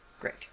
Great